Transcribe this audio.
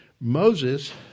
Moses